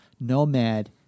Nomad